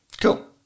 Cool